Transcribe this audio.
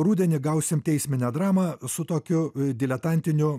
rudenį gausim teisminę dramą su tokiu diletantiniu